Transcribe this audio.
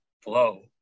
flow